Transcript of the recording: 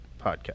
podcast